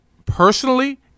personally